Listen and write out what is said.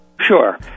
Sure